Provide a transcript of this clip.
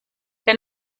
der